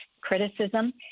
criticism